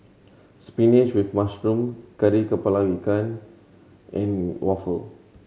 spinach with mushroom Kari Kepala Ikan and waffle